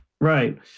Right